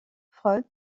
freud